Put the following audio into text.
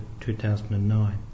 2009